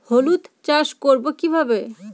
হলুদ চাষ করব কিভাবে?